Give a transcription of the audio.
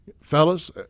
Fellas